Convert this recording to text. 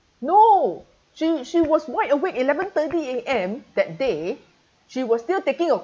no she she was wide awake eleven thirty A_M that day she was still taking a